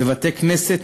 בבתי-כנסת,